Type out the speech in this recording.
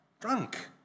drunk